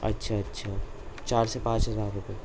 اچھا اچھا چار سے پانچ ہزار روپئے